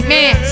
Man